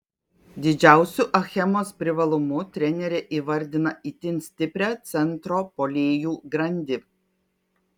didžiausiu achemos privalumu trenerė įvardina itin stiprią centro puolėjų grandį